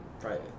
private